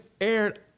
aired